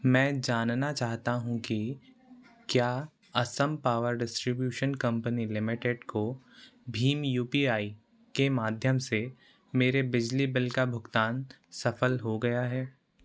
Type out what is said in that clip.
मैं जानना चाहता हूँ कि क्या Assam power distribution company limited को भीम यू पी आई के माध्यम से मेरे बिजली बिल का भुगतान सफल हो गया है